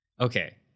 Okay